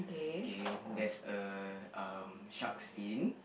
okay there's a um shark fin